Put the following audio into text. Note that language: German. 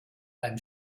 einem